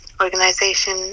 organization